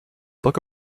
book